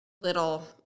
little